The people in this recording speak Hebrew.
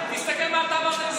תסתכל מה אתה עברת בחצי שנה,